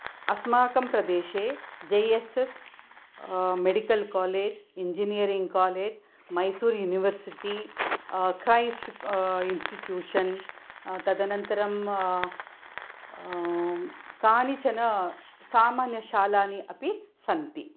अस्माकं प्रदेशे J S S medical college engineering college Mysore university Christ institution तदनन्तरं कानिचन सामान्यशालानि अपि सन्ति